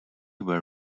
were